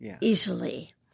easily